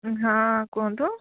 ହଁ କୁହନ୍ତୁ